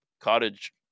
cottage